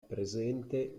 presente